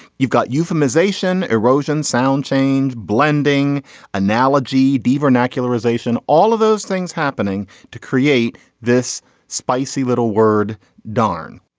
you've got euphemism ocean erosion sound change blending analogy the vernacular ization all of those things happening to create this spicy little word darn.